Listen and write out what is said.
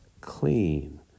clean